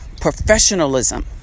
professionalism